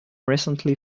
recently